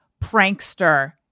prankster